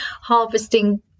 harvesting